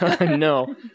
no